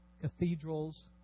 cathedrals